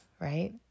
right